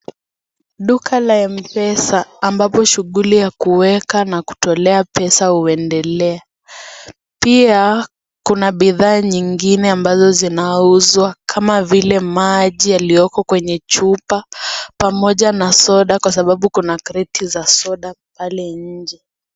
Duka la Mpesa ambapo shughuli ya kuweka na kutolea pesa huendelea. Pia kuna bidhaa nyingine ambazo zinauzwa kama vile, maji yaliyoko kwenye chupa, pamoja na soda kwa sababu, kuna kreti za soda pale nje.